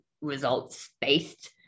results-based